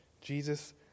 Jesus